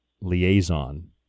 liaison